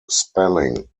spelling